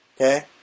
Okay